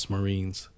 Marines